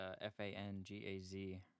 F-A-N-G-A-Z